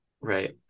right